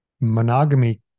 monogamy